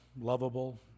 lovable